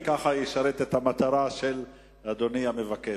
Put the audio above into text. וכך זה ישרת את המטרה של אדוני המבקש.